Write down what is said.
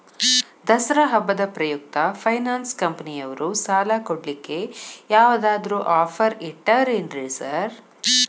ದಸರಾ ಹಬ್ಬದ ಪ್ರಯುಕ್ತ ಫೈನಾನ್ಸ್ ಕಂಪನಿಯವ್ರು ಸಾಲ ಕೊಡ್ಲಿಕ್ಕೆ ಯಾವದಾದ್ರು ಆಫರ್ ಇಟ್ಟಾರೆನ್ರಿ ಸಾರ್?